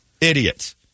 idiots